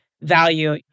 value